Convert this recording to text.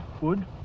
wood